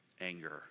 anger